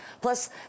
Plus